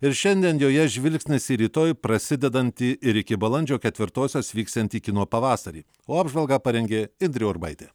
ir šiandien joje žvilgsnis į rytoj prasidedantį ir iki balandžio ketvirtosios vyksiantį kino pavasarį o apžvalgą parengė indrė urbaitė